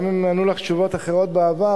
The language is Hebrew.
גם אם ענו לך תשובות אחרות בעבר,